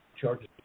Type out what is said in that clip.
charges